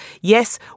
yes